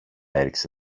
έριξε